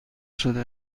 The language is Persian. شده